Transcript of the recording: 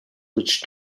which